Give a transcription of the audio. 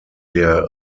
der